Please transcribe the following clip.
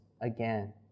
again